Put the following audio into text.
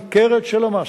ניכרת של המס.